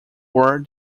wore